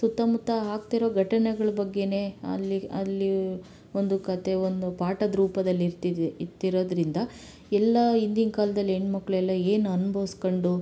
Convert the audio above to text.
ಸುತ್ತಮುತ್ತ ಆಗ್ತಿರೋ ಘಟನೆಗಳ ಬಗ್ಗೆನೇ ಅಲ್ಲಿ ಅಲ್ಲಿ ಒಂದು ಕಥೆ ಒಂದು ಪಾಠದ ರೂಪದಲ್ಲಿ ಇರ್ತಿರ ಇರ್ತಿರೋದ್ರಿಂದ ಎಲ್ಲ ಹಿಂದಿನ್ ಕಾಲದಲ್ಲಿ ಹೆಣ್ಮಕ್ಕಳು ಎಲ್ಲ ಏನು ಅನ್ಭವಿಸ್ಕಂಡು